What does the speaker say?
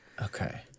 Okay